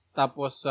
tapos